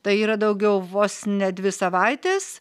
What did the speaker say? tai yra daugiau vos ne dvi savaitės